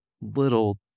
little